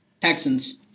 Texans